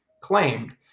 claimed